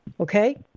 okay